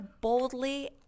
boldly